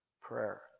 prayer